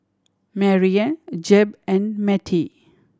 Marianne Jeb and Matie